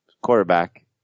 quarterback